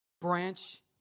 branch